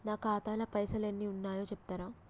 నా ఖాతా లా పైసల్ ఎన్ని ఉన్నాయో చెప్తరా?